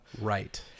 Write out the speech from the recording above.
right